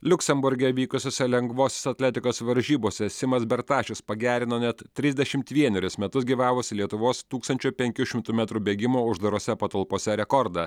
liuksemburge vykusiose lengvosios atletikos varžybose simas bertašius pagerino net trisdešimt vienerius metus gyvavusį lietuvos tūkstančio penkių šimtų metrų bėgimo uždarose patalpose rekordą